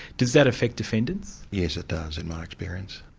does that affect defendants? yes, it does, in my experience.